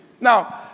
Now